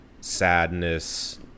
Sadness